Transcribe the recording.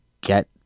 get